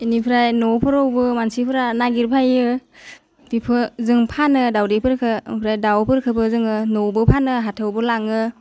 बिनिफ्राय न'फोरावबो मानसिफ्रा नागिर बाइयो बेफो जों फानो दाउदैफोरखौ ओमफ्राय दाउफोरखौबो जोङो न'वावबो फानो हाथायावबो लाङो